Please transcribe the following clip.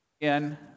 again